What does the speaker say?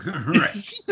Right